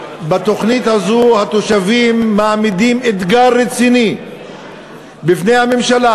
בתוכנית הזאת התושבים מעמידים אתגר רציני בפני הממשלה,